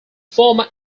former